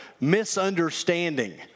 misunderstanding